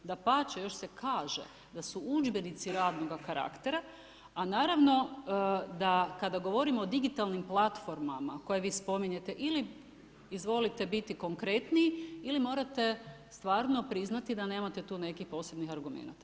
Dapače, još se kaže, da su udžbenici radnoga karaktera, a naravno da kada govorimo o digitalnim platformama, koje vi spominjete ili izvolite biti konkretniji ili morate stvarno priznati da nemate tu neki posebnih argumenata.